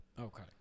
Okay